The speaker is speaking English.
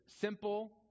simple